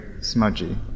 smudgy